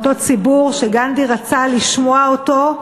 מאותו ציבור שגנדי רצה לשמוע אותו,